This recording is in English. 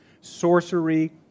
sorcery